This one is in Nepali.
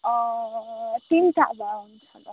तिनवटा भए हुन्छ होला